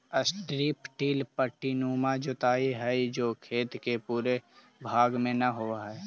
strip till पट्टीनुमा जोताई हई जो खेत के पूरे भाग में न होवऽ हई